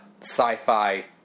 sci-fi